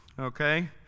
okay